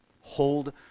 Hold